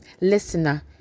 listener